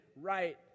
right